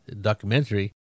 documentary